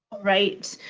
right.